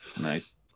Nice